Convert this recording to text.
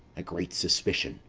a great suspicion!